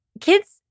kids